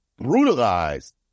brutalized